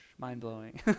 mind-blowing